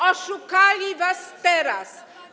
Oszukali was teraz.